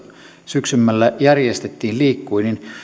syksymmällä järjestettiin liikuin niin